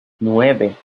nueve